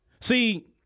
See